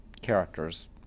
characters